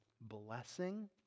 blessing